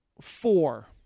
four